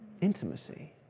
intimacy